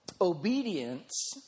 obedience